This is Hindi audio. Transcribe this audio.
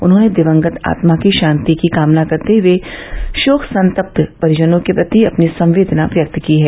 उन्होंने दिवंगत आत्मा की षांति की कामना करते हुए षोक संतप्त परिजनों के प्रति अपनी संवेदना व्यक्त की है